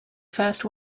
first